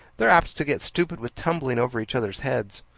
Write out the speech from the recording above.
they're apt to get stupid with tumbling over each other's heads.